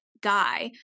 guy